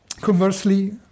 conversely